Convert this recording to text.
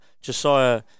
Josiah